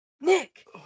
Nick